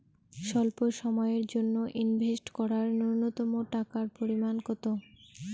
স্বল্প সময়ের জন্য ইনভেস্ট করার নূন্যতম টাকার পরিমাণ কত?